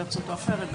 בדרך זו או אחרת,